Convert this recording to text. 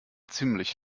ziemlich